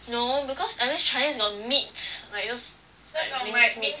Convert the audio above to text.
no because at least chinese got meat like those like minced meat